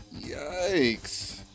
Yikes